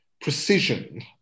precision